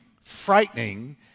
frightening